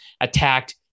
attacked